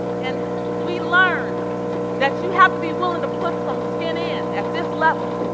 and we learned that you have to be willing to put some skin in at this level.